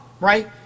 right